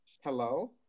Hello